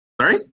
Sorry